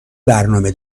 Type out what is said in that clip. برنامه